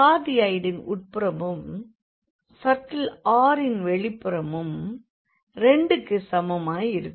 கார்டியாய்டின் உட்புறமும் circle r ன் வெளிப்புறமும் 2 க்குச் சமமாய் இருக்கும்